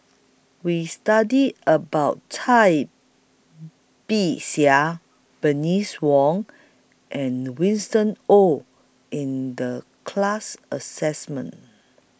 We studied about Cai Bixia Bernice Wong and Winston Oh in The class Assessment